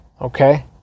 okay